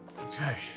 Okay